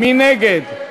מי נגד?